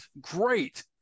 Great